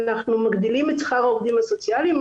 אנחנו מגדילים את שכר העובדים הסוציאליים,